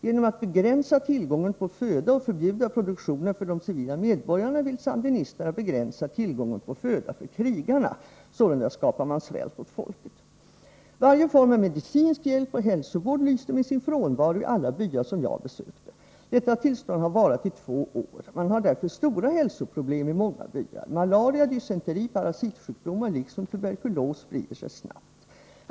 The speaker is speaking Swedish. Genom att begränsa tillgången på föda och förbjuda produktionen för de civila medborgarna vill sandinisterna begränsa tillgången på föda för ”krigarna”. Sålunda skapar man svält åt folket. ——=— Varje form av medicinsk hjälp och hälsovård lyste med sin frånvaro i alla byar som jag besökte. Detta tillstånd har varat i två år. Man har därför stora hälsoproblem i många byar. Malaria, dysenteri, parasitsjukdomar liksom tuberkulos sprider sig snabbt.